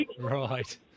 Right